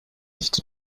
nicht